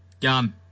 Gun